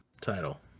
title